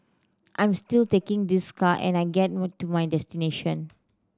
I'm still taking this car and I get to my destination